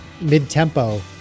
mid-tempo